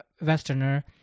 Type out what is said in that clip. Westerner